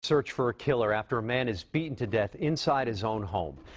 search for a killer after a man is beaten to death inside his own home.